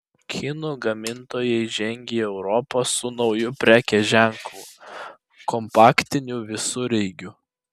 kinų gamintojai žengia į europą su nauju prekės ženklu kompaktiniu visureigiu